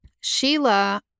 sheila